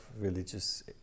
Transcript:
religious